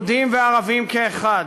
יהודים וערבים כאחד,